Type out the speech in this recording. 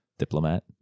diplomat